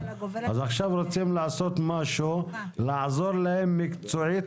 אז עכשיו רוצים לעשות משהו כדי לעזור להם להתנהל מקצועית.